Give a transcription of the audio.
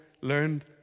learned